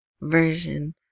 version